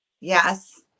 Yes